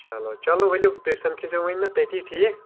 چلو چلو ؤلِو تُہۍ سمکھی زیو وۄنۍ مےٚ تٔتی ٹھیٖک